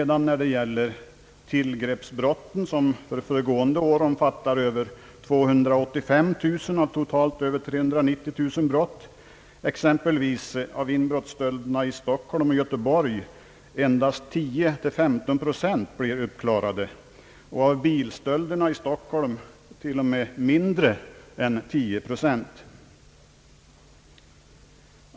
När det däremot gäller tillgreppsbrotten, som föregående år omfattade över 285000 av totalt över 390 000 brott, är det endast 10—15 procent av inbrottsstölderna i Stockholm och Göteborg som blir uppklarade och t.o.m., mindre än 10 procent av bilstölderna i Stockholm.